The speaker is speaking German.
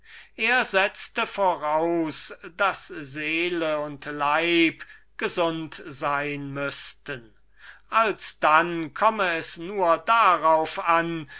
er setzte voraus daß seele und leib sich im stande der gesundheit befinden müßten und behauptete daß es als dann nur darauf ankomme